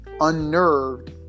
unnerved